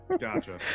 Gotcha